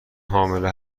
حامله